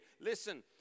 Listen